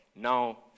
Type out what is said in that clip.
Now